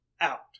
out